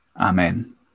Amen